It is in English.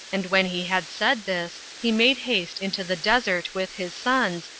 and when he had said this, he made haste into the desert with his sons,